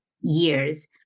years